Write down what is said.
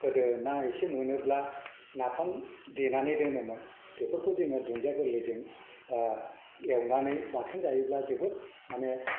गोदो ना एसे मोनोब्ला नाफाम देनानै दोनोमोन बेफोरखौ जोङो दुनदिया गोरलैजों एउनानै बाथोन जायोब्ला जोबोद माने